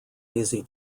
easy